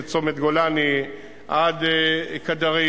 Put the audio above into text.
את צומת גולני עד קדרים,